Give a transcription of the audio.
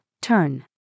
turn